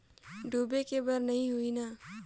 डूबे के बर नहीं होही न?